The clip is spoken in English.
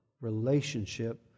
relationship